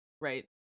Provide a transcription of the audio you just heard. right